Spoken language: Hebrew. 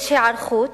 יש היערכות.